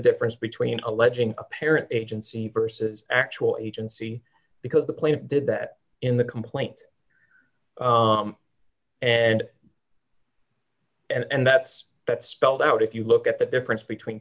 difference between alleging a parent agency purses d actual agency because the plane did that in the complaint and and that's that spelled out if you look at the difference between